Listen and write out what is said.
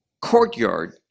courtyard